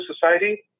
society